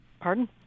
pardon